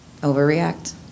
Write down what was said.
overreact